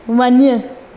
वञु